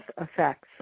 effects